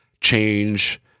change